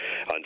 on